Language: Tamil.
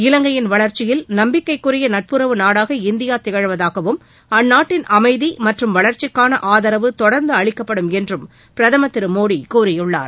இலங்கையின் வளர்ச்சியில் நம்பிக்கைக்குரிய நட்புறவு நாடாக இந்தியா திகழ்வதாகவும் அந்நாட்டின் அமைதி மற்றும் வளர்ச்சிக்கான ஆதரவு தொடர்ந்து அளிக்கப்படும் என்றும் பிரதமர் திரு மோடி கூறியுள்ளார்